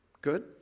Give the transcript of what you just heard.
good